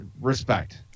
respect